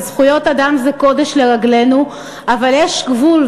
וזכויות אדם זה קודש לרגלינו, אבל יש גבול.